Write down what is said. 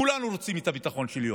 כולנו רוצים את הביטחון של יו"ש,